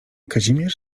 kazimierz